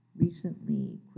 Recently